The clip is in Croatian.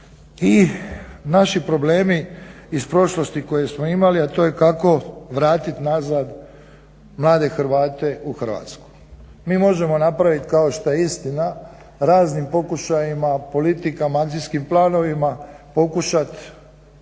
I naši problemi iz prošlosti koje smo imali, a to je kako vratiti nazad mlade Hrvate u Hrvatsku. Mi možemo napravit kao što je istina, raznim pokušajima, politikama, akcijskim planovima pokušat